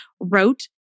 wrote